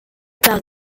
par